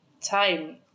time